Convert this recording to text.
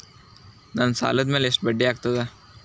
ನನ್ನ ಸಾಲದ್ ಮ್ಯಾಲೆ ಎಷ್ಟ ಬಡ್ಡಿ ಆಗ್ತದ?